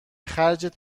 خرجت